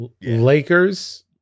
Lakers